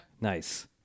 Nice